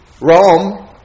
Rome